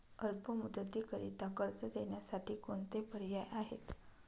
अल्प मुदतीकरीता कर्ज देण्यासाठी कोणते पर्याय आहेत?